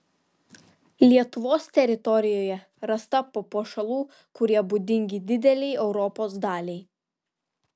lietuvos teritorijoje rasta papuošalų kurie būdingi didelei europos daliai